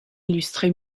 illustré